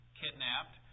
kidnapped